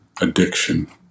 addiction